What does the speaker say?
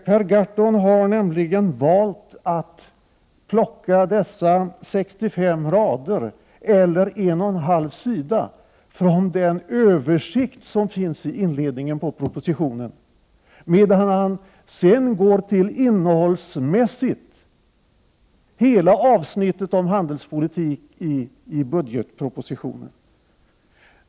Per Gahrton har nämligen valt att plocka dessa 65 rader eller en och en halv sida från den översikt som finns i inledningen av propositionen, medan han sedan innehållsmässigt går till hela avsnittet om handelspolitik i budgetpropositionen.